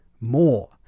more